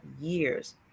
years